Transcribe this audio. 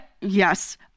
Yes